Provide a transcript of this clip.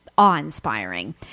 awe-inspiring